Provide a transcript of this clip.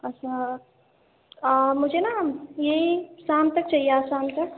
اچھا مجھے نا یہ شام تک چاہیے آج شام تک